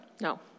No